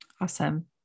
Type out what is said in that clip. Awesome